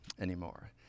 anymore